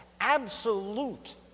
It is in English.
absolute